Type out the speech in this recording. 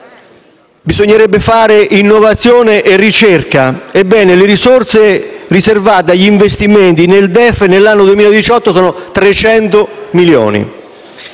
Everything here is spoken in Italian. Bisognerebbe fare innovazione e ricerca. Ebbene, le risorse riservate agli investimenti nel DEF, nell'anno 2018, ammontano a 300 milioni.